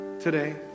today